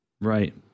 right